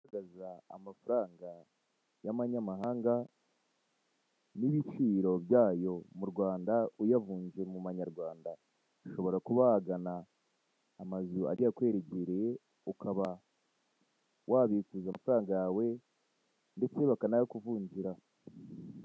Amafaranga y'amanyamahanga n'ibiciro byayo mu Rwanda uyavunje mu manyarwanda. Ushobora kuba wagana amazu agiye akwegereye ukaba wabikuza amafaranga yawe ndetse bakanayakuvungira.